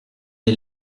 les